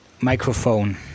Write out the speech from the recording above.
microphone